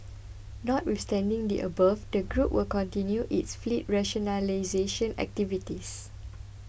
notwithstanding the above the group will continue its fleet rationalisation activities